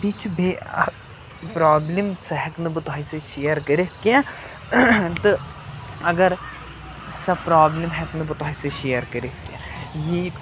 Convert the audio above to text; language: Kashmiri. بیٚیہِ چھِ بیٚیہِ اَکھ پرٛابلِم سَہ ہٮ۪کہٕ نہٕ بہٕ تۄہہِ سۭتۍ شِیَر کٔرِتھ کیٚنٛہہ تہٕ اگر سۄ پرٛابلِم ہٮ۪کہٕ نہٕ بہٕ تۄہہِ سۭتۍ شِیَر کٔرِتھ کیٚنٛہہ یی